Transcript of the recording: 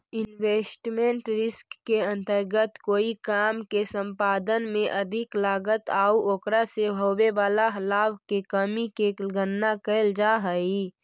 investment risk के अंतर्गत कोई काम के संपादन में अधिक लागत आउ ओकरा से होवे वाला लाभ के कमी के गणना कैल जा हई